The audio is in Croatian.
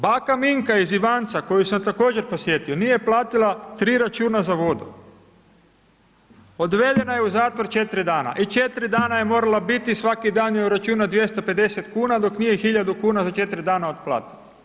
Baka Minka iz Ivanca koju sam također posjetio, nije platila 3 računa za vodu, odvedena je u zatvor 4 dana i 4 dana je morala biti, svaki dan joj uračunao 250,00 kn dok nije hiljadu kuna za 4 dana otplatila.